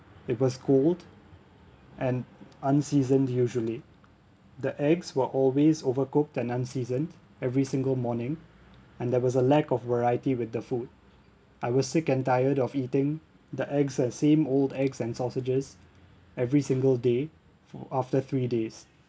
it was cold and unseasoned usually the eggs were always overcooked and unseasoned every single morning and there was a lack of variety with the food I was sick and tired of eating the eggs the same old eggs and sausages every single day for after three days